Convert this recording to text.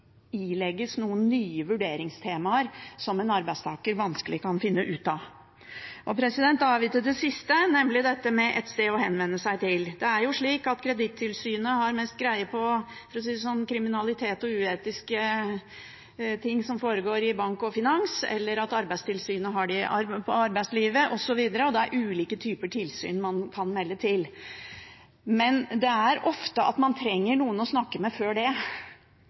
ilegges noen nye vurderingstemaer som en arbeidstaker vanskelig kan finne ut av. Og da er vi ved det siste, nemlig dette med et sted å henvende seg til. Det er jo slik at Kredittilsynet har mest greie på kriminalitet og uetiske ting som foregår i bank og finans, Arbeidstilsynet har mest greie på arbeidslivet osv., og det er ulike typer tilsyn man kan melde til. Men ofte trenger man noen å snakke med før det,